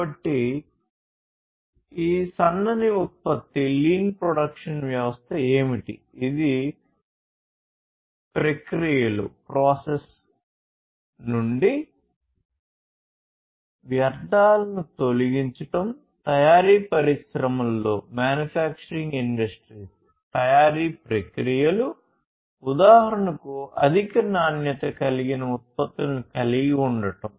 కాబట్టి ఈ సన్నని ఉత్పత్తి తయారీ ప్రక్రియలు ఉదాహరణకు అధిక నాణ్యత కలిగిన ఉత్పత్తులను కలిగి ఉండటం